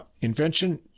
Invention